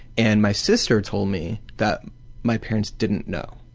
and my sister told me that my parents didn't know,